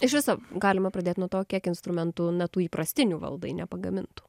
iš viso galima pradėt nuo to kiek instrumentų na tų įprastinių valdai ne pagamintų